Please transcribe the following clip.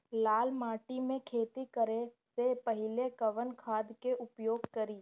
लाल माटी में खेती करे से पहिले कवन खाद के उपयोग करीं?